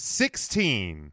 sixteen